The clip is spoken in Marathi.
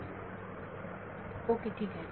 विद्यार्थी ओके ठीक आहे